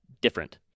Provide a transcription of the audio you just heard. different